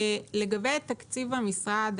לגבי תקציב המשרד,